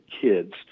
kids